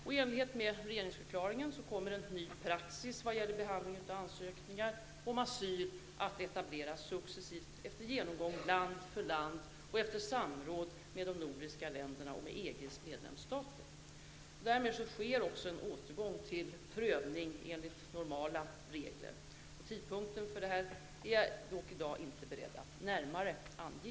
I enlighet med regeringsförklaringen kommer en ny praxis vad gäller behandling av ansökningar om asyl att etableras successivt efter genomgång land för land och efter samråd med de nordiska länderna och med EGs medlemsstater. Därmed sker också en återgång till prövning enligt normala regler. Tidpunkten för detta är jag dock i dag inte beredd att närmare ange.